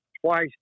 twice